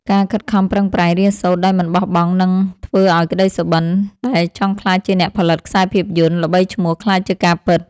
ការខិតខំប្រឹងប្រែងរៀនសូត្រដោយមិនបោះបង់នឹងធ្វើឱ្យក្តីសុបិនដែលចង់ក្លាយជាអ្នកផលិតខ្សែភាពយន្តល្បីឈ្មោះក្លាយជាការិត។